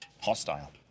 Hostile